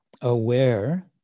aware